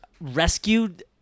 Rescued